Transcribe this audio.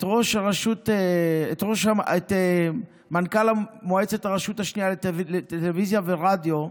את מנכ"ל מועצת הרשות השנייה לטלוויזיה ורדיו,